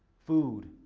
food,